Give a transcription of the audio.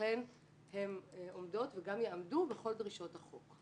לכן הן עומדות וגם יעמדו בכל דרישות החוק.